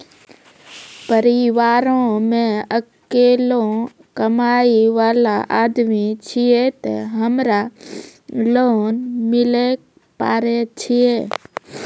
परिवारों मे अकेलो कमाई वाला आदमी छियै ते हमरा लोन मिले पारे छियै?